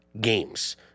games